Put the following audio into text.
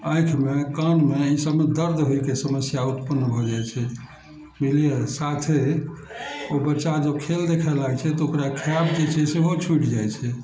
आँखिमे कानमे ई सबमे दर्द होअके समस्या उत्पन्न भऽ जाइ छै बुझलियै साथे ओ बच्चा जहन खेल देखऽ लागै छै तऽ ओकरा खायब जे छै सेहो छूटि जाइ छै